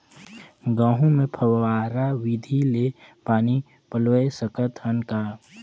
गहूं मे फव्वारा विधि ले पानी पलोय सकत हन का?